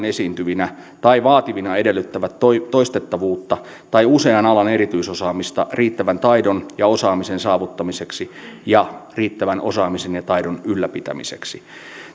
esiintyvinä tai vaativina edellyttävät toistettavuutta tai usean alan erityisosaamista riittävän taidon ja osaamisen saavuttamiseksi ja riittävän osaamisen ja taidon ylläpitämiseksi tai